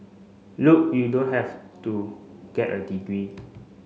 look you don't have to get a degree